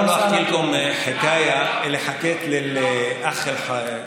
(אומר בערבית: בואו אספר לכם סיפור שסיפרתי לאח, )